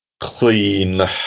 Clean